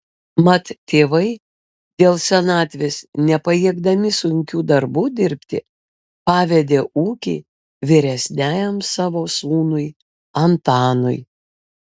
mat tėvai dėl senatvės nepajėgdami sunkių darbų dirbti pavedė ūkį vyresniajam savo sūnui antanui